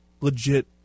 legit